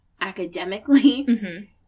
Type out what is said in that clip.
academically